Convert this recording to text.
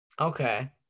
okay